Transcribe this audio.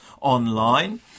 online